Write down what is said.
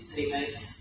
Teammates